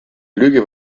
lüge